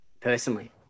personally